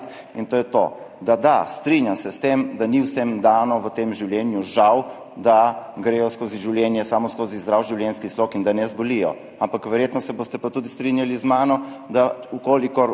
in to je to, da da, strinjam se s tem, da ni vsem dano v tem življenju, žal, da gredo skozi življenje samo skozi zdrav življenjski slog in da ne zbolijo, ampak verjetno se boste pa tudi strinjali z mano, da mi,